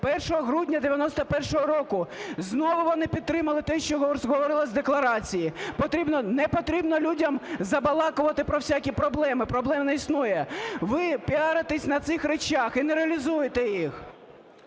1 грудня 91-го року знову вони підтримали те, що говорилося в декларації потрібно... не потрібно людям забалакувати про всякі проблеми, проблем не існує. Ви піаритеся на цих речах і не реалізуєте їх.